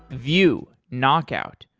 view, knockout,